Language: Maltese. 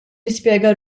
nispjega